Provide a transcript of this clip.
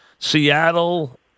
Seattle